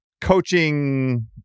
coaching